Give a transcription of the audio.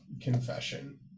confession